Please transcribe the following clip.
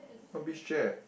what beach chair